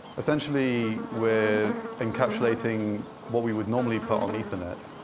essentially, we're encapsulating what we would normally put on ethernet,